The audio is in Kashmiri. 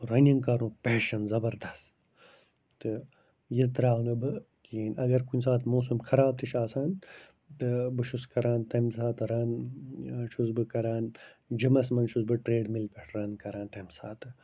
رَنِنٛگ کَرنُک پیشَن زَبردس تہٕ یہِ ترٛاونہٕ بہٕ کِہیٖنۍ اَگر کُنہِ ساتہٕ موسَم خراب تہِ چھُ آسان تہٕ بہٕ چھُس کَران تَمہِ ساتہٕ رَن چھُس بہٕ کَران جِمَس منٛز چھُس بہٕ ٹرٛیڈمِل پٮ۪ٹھ رَن کَران تَمہِ ساتہٕ